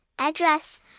Address